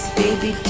baby